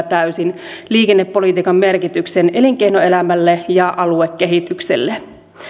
täysin liikennepolitiikan merkityksen elinkeinoelämälle ja aluekehitykselle